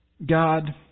God